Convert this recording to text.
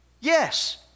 Yes